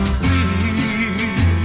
free